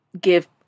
give